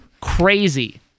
crazy